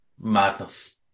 madness